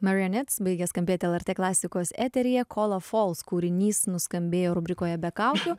marionets baigė skambėti lrt klasikos eteryje kola fols kūrinys nuskambėjo rubrikoje be kaukių